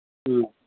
ꯎꯝ